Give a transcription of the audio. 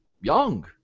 young